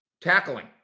tackling